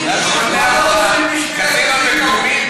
אבל המשרד יישאר ריק.